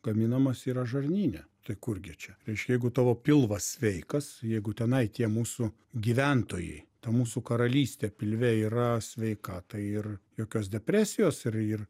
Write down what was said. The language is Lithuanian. gaminamas yra žarnyne tai kur gi čia reiškia jeigu tavo pilvas sveikas jeigu tenai tie mūsų gyventojai ta mūsų karalystė pilve yra sveika tai ir jokios depresijos ir ir